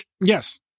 Yes